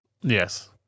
Yes